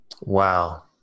Wow